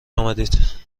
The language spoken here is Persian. آمدید